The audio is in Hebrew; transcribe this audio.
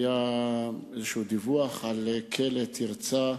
איזה דיווח על כלא "תרצה"